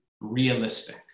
realistic